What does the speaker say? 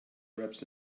raps